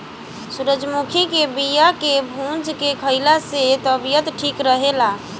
सूरजमुखी के बिया के भूंज के खाइला से तबियत ठीक रहेला